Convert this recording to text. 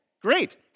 great